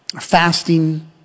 fasting